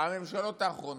הממשלות האחרונות,